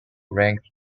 ranked